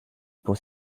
pour